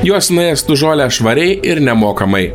jos nuėstų žolę švariai ir nemokamai